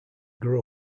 grew